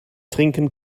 trinken